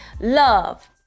love